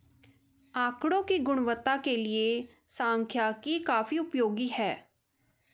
आकड़ों की गुणवत्ता के लिए सांख्यिकी काफी उपयोगी है